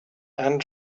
and